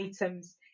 items